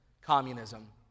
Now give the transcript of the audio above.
Communism